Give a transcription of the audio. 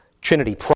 Trinity